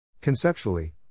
Conceptually